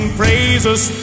praises